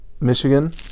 Michigan